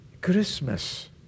Christmas